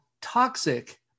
toxic